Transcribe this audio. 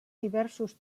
diversos